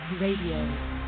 Radio